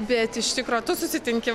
bet iš tikro tu susitinki